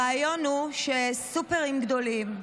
הרעיון הוא שבסופרים גדולים,